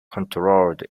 controlled